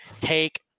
Take